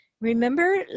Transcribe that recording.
remember